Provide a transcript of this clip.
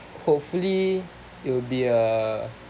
hopefully it'll be a